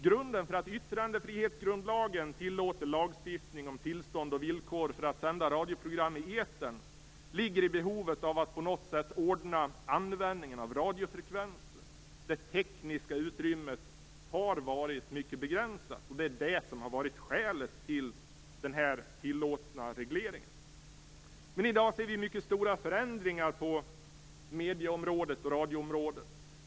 Grunden för att yttrandefrihetsgrundlagen tillåter lagstiftning om tillstånd och villkor för att sända radioprogram i etern ligger i behovet av att på något sätt ordna användningen av radiofrekvenser. Det tekniska utrymmet har varit mycket begränsat och det har varit skälet till den tillåtna regleringen. I dag ser vi mycket stora förändringar på medieområdet och radioområdet.